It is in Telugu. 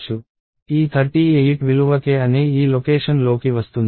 ఈ 38 విలువ k అనే ఈ లొకేషన్లోకి వస్తుంది